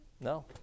no